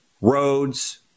roads